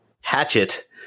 hatchet